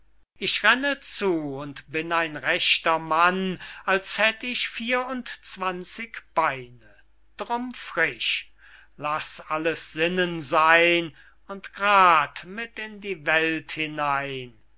ich renne zu und bin ein rechter mann als hätt ich vier und zwanzig beine drum frisch laß alles sinnen seyn und g'rad mit in die welt hinein